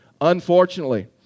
Unfortunately